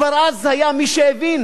כבר אז היה מי שהבין